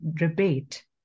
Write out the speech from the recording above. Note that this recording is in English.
rebate